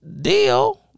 deal